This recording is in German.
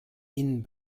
ihnen